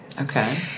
Okay